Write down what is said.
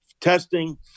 testing